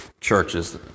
churches